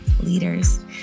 leaders